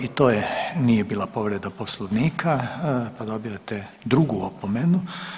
I to nije bila povreda Poslovnika, pa dobivate drugu opomenu.